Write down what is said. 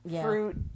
fruit